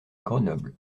grenoble